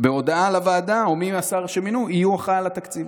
בהודעה לוועדה או מי שהשר מינהו לכך יהיה אחראי על התקציב.